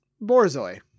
Borzoi